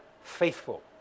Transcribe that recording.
faithful